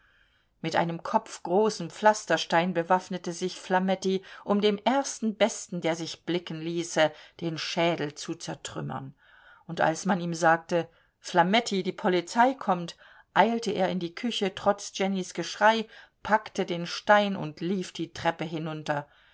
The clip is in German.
mit einem kopfgroßen pflasterstein bewaffnete sich flametti um dem ersten besten der sich blicken ließe den schädel zu zertrümmern und als man ihm sagte flametti die polizei kommt eilte er in die küche trotz jennys geschrei packte den stein und lief die treppe hinunter